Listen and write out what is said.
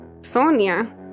Sonia